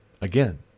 Again